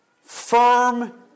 firm